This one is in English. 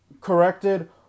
corrected